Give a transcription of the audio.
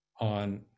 on